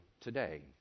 today